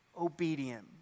obedience